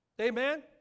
Amen